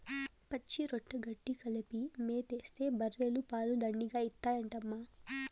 పచ్చిరొట్ట గెడ్డి కలిపి మేతేస్తే బర్రెలు పాలు దండిగా ఇత్తాయంటమ్మా